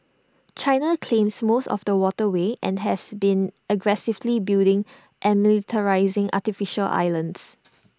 China claims most of the waterway and has been aggressively building and militarising artificial islands